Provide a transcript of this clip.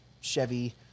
Chevy